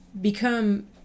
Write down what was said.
become